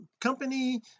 company